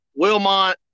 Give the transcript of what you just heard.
Wilmont